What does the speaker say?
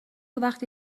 وقتی